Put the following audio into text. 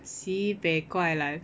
si bei kuai lan